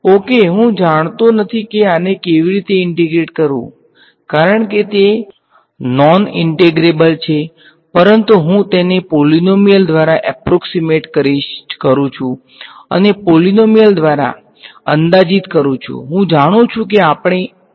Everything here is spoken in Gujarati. ઓકે હું જાણતો નથી કે આને કેવી રીતે ઈંટેગ્રેટ કરવું કારણ કે તે નોન ઈંટેગ્રેબલ છે પરંતુ હું તેને પોલીનોમીયલ દ્વારા એપ્રોક્ષીમેટ કરુ છુ અને પોલીનોમીયલ દ્વારા અંદાજિત કરું છું હું જાણું છું કે આપણે ઈઝીલી ઈંટેગ્રેટ કરી શકીએ છીએ